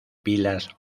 pilas